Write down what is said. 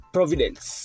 Providence